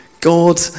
God